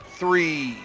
three